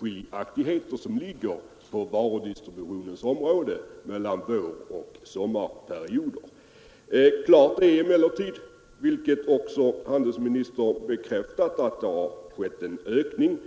skillnader som finns på varudistributionsområdet mellan våroch sommarperioderna. Klart är emellertid, vilket också handelsministern bekräftade, att det har skett en ökning.